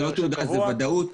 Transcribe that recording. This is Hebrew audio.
זאת ודאות.